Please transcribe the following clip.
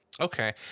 Okay